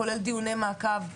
כולל דיוני מעקב,